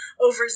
over